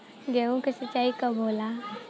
गेहूं के सिंचाई कब होला?